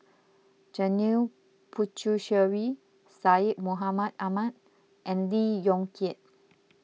Janil Puthucheary Syed Mohamed Ahmed and Lee Yong Kiat